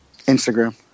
Instagram